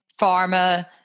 pharma